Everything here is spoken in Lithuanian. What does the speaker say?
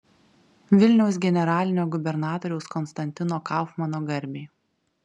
vilniaus generalinio gubernatoriaus konstantino kaufmano garbei